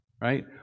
Right